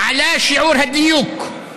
עלה שיעור הדיוק,